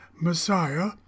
Messiah